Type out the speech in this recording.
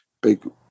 big